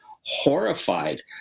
horrified